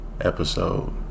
episode